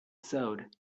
sewed